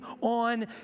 on